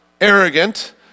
arrogant